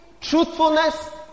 truthfulness